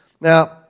Now